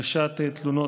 הגשת תלונות,